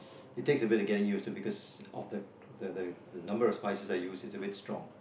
it takes a bit of getting used to because of the the the the number of spices I use it's a bit strong